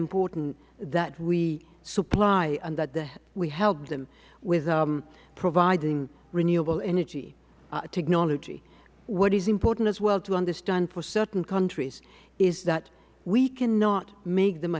important that we supply and that we help them with providing renewable energy technology what is important as well to understand for certain countries is that we cannot make them